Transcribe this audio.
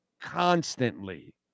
constantly